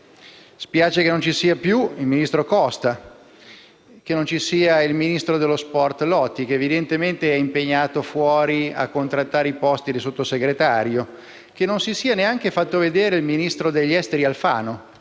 spiace che non ci sia più il ministro Costa, che non ci sia il ministro dello sport Lotti, che evidentemente è impegnato fuori a contrattare i posti da Sottosegretario. Spiace che non si sia neanche fatto vedere il ministro degli affari esteri Alfano.